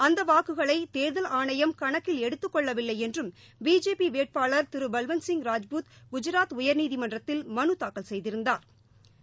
அந்த வாக்குகளை தேர்தல் ஆணையம் கணக்கில் எடுத்துக் கொள்ளவில்லை என்றும் பிஜேபி வேட்பாளர் திரு பல்வந்த்சிங் ராஜ்புத் குஜராத் உயர்நீதிமன்றத்தில் மனு தாக்கல் செய்திருந்தாா்